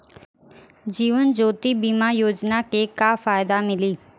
जीवन ज्योति बीमा योजना के का फायदा मिली?